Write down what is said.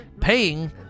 paying